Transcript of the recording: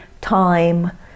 time